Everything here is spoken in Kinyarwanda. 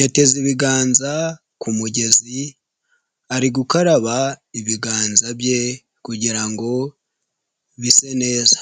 yateze ibiganza ku mugezi ari gukaraba ibiganza bye kugira ngo bise neza.